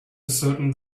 ascertain